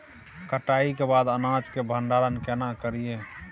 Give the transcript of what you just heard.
कटाई के बाद अनाज के भंडारण केना करियै?